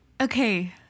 Okay